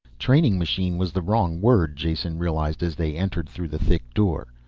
training machine was the wrong word, jason realized as they entered through the thick door.